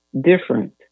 different